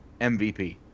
MVP